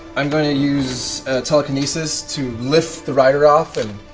i'm going to use telekinesis to lift the rider off and